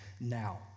now